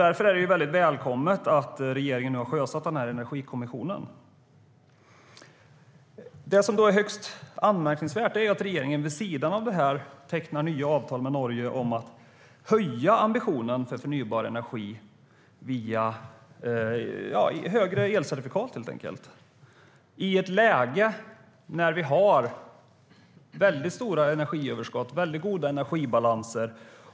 Därför är det väldigt välkommet att regeringen har sjösatt Energikommissionen.Det som är högst anmärkningsvärt är att regeringen vid sidan av detta har tecknat nya avtal med Norge om att höja ambitionen för förnybar energi via högre elcertifikat - detta i ett läge när vi har väldigt stora energiöverskott och goda energibalanser.